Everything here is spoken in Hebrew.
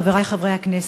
חברי חברי הכנסת,